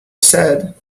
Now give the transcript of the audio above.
said